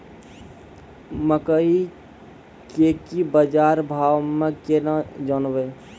मकई के की बाजार भाव से केना जानवे?